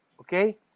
okay